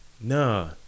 Nah